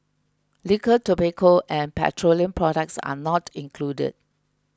liquor tobacco and petroleum products are not included